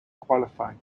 qualifying